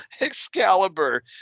Excalibur